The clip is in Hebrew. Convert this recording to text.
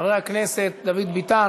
חבר הכנסת דוד ביטן,